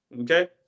Okay